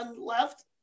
left